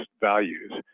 values